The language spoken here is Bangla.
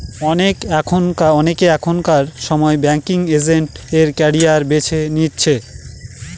অনেকে এখনকার সময় ব্যাঙ্কিং এজেন্ট এর ক্যারিয়ার বেছে নিচ্ছে